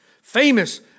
famous